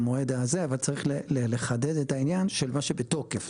אבל צריך לחדד את העניין של מה שבתוקף.